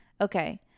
Okay